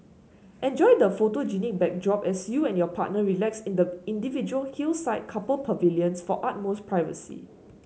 enjoy the photogenic backdrop as you and your partner relax in the individual hillside couple pavilions for utmost privacy